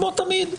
כמו תמיד,